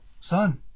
Son